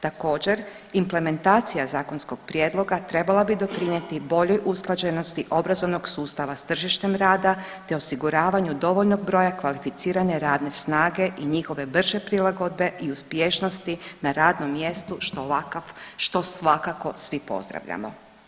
Također implementacija zakonskog prijedloga trebala bi doprinijeti boljoj usklađenosti obrazovanog sustava s tržištem rada te osiguravanju dovoljnog broja kvalificirane radne snage i njihove brže prilagodbe i uspješnosti na radnom mjestu što svakako svi pozdravljamo.